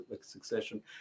succession